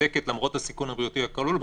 מוצדקת למרות הסיכון הבריאותי הכלול בה.